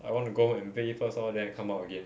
I want to go home and bathe first lor then I come out again